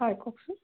হয় কওকচোন